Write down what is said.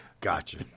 Gotcha